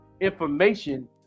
information